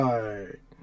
Right